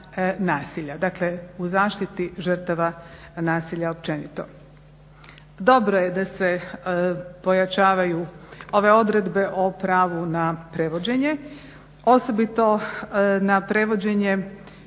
dakle u zaštiti žrtava nasilja općenito. Dobro je da se pojačavaju ove odredbe o pravu na prevođenje, osobito na prevođenje